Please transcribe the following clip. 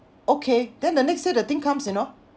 okay then the next day the thing comes you know